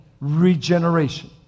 regeneration